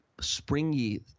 springy